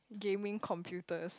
gaming computers